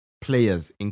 players